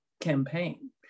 campaign